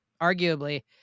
arguably